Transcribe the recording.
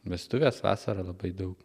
vestuves vasarą labai daug